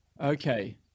Okay